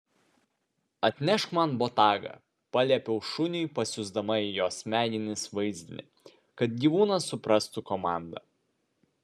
atnešk man botagą paliepiau šuniui pasiųsdama į jo smegenis vaizdinį kad gyvūnas suprastų komandą